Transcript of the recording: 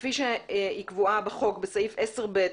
כפי שהיא קבועה בחוק בסעיף 10(ב),